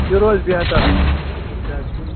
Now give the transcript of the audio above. تہِ روزِ بہتر